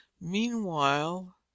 MEANWHILE